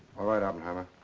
all right, oppenheimer.